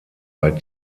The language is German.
bei